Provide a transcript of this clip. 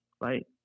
right